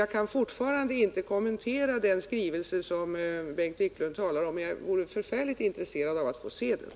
Jag kan fortfarande inte kommentera den skrivelse som Bengt Wiklund talar om. Men jag vore mycket intresserad av att få se den.